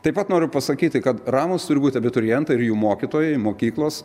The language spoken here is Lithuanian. taip pat noriu pasakyti kad ramūs turi būti abiturientai ir jų mokytojai mokyklos